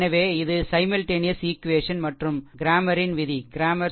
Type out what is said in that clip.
எனவே இது simultaneous equation simultaneous ஈக்வேஷன்மற்றும் க்ரேமரின் விதிCramer's rule